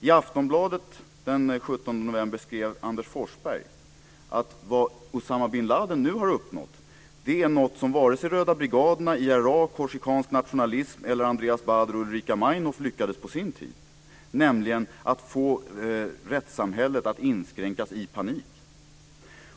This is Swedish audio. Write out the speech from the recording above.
I Aftonbladet den 17 november skriver Anders Forsberg att vad Usama bin Ladin nu har uppnått är något som "vare sig Röda brigaderna, IRA, korsikansk nationalism eller Andreas Baader och Ulrike Meinhof lyckades på sin tid", nämligen att få rättssamhället att inskränkas i panik.